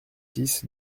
six